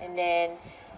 and then